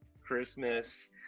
Christmas